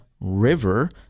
river